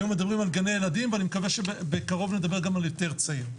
היום מדברים על גני הילדים ואני מקווה שבקרוב נדבר גם על יותר צעירים.